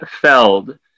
Feld